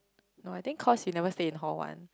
no I think cause you never stay in hall one